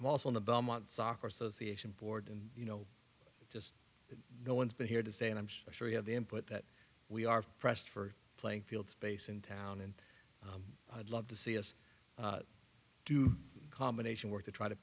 i'm also in the belmont soccer association board and you know it's just that no one's been here to say and i'm sure you have the input that we are pressed for playing field space in town and i'd love to see us do combination work to try to